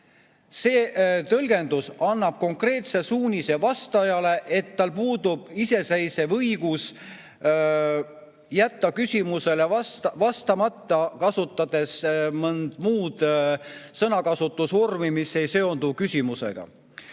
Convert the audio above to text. See tõlgendus annab konkreetse suunise vastajale, et tal puudub iseseisev õigus jätta küsimusele vastamata, kasutades mõnd muud sõnakasutusvormi, mis ei seondu küsimusega. Ma